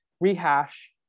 rehash